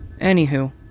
Anywho